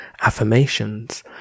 Affirmations